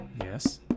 Yes